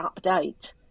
update